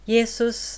Jesus